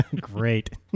Great